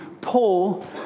Paul